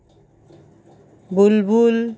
বুলবুল